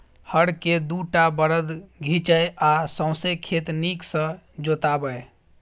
हर केँ दु टा बरद घीचय आ सौंसे खेत नीक सँ जोताबै